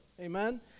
Amen